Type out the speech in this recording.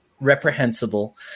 reprehensible